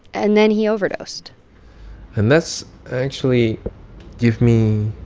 and then he overdosed and that's actually give me